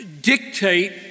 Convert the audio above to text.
dictate